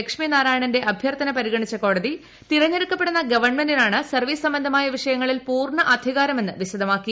ലക്ഷ്മിനാരായണന്റെ അഭ്യർത്ഥന പരിഗണിച്ച കോടതി തെരഞ്ഞടുക്കപ്പെടുന്ന ഗവൺമെന്റിനാണ് സർവ്വീസ് സംബന്ധമായ വിഷയങ്ങളിൽ പൂർണ്ണ അധികാരമെന്ന് വിശദമാക്കി